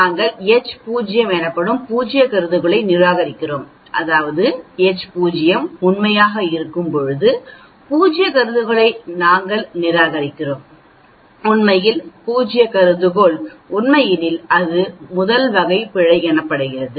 நாங்கள் H0 எனப்படும் பூஜ்ய கருதுகோளை நிராகரிக்கிறோம் அதாவது H0 உண்மையாக இருக்கும்போது பூஜ்ய கருதுகோளை நாங்கள் நிராகரிக்கிறோம் உண்மையில் பூஜ்ய கருதுகோள் உண்மை எனில் அது 1 வகை பிழை என்று அழைக்கப்படுகிறது